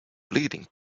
bleeding